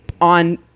On